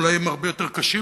אולי הם הרבה יותר קשים,